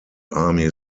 army